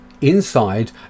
inside